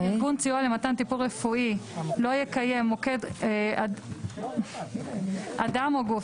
"ארגון סיוע למתן טיפול רפואי בידי אדם או גוף